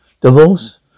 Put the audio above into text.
Divorce